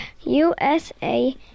USA